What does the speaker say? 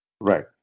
Right